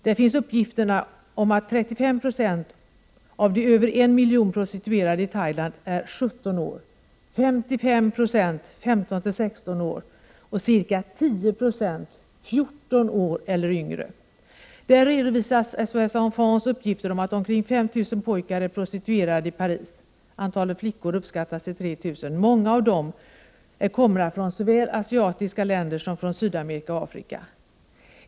35 96 av de över 1 miljon prostituerade i Thailand är 17 år, 55 96 15-16 år och ca 10 96 14 år eller yngre. Där redovisas SOS Enfants uppgifter om att omkring 5 000 pojkar är prostituerade i Paris, och antalet flickor uppskattas till 3 000. Många av dem är komna från såväl asiatiska länder som från Sydamerika och Afrika.